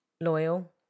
Loyal